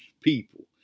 people